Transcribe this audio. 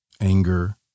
anger